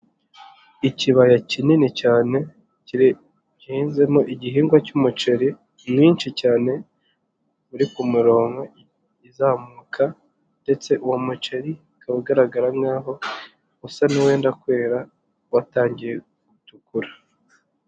Ikibaya kinini cyane gihinzemo igihingwa cy'umuceri mwinshi cyane, uri ku mirongo izamuka ndetse uwo muceri ukaba agaragara nkaho usa n'uwenda kwera watangiye gutukura.